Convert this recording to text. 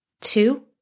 Two